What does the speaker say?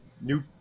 new –